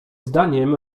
zdaniem